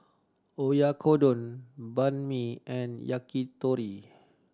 Oyakodon Banh Mi and Yakitori